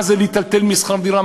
מה זה להיטלטל בשכר-דירה?